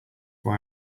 why